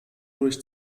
durch